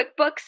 QuickBooks